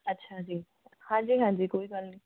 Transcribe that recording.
ਅੱਛਾ ਜੀ ਹਾਂਜੀ ਹਾਂਜੀ ਕੋਈ ਗੱਲ ਨਹੀਂ